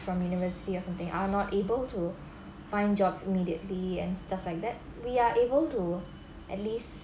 from university or something are not able to find jobs immediately and stuff like that we are able to at least